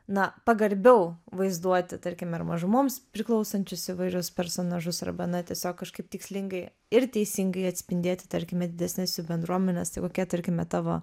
na pagarbiau vaizduoti tarkime mažumoms priklausančius įvairius personažus arba na tiesiog kažkaip tikslingai ir teisingai atspindėti tarkime didesnėse bendruomenėse kokia tarkime tavo